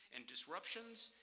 and disruptions,